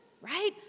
Right